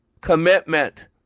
Commitment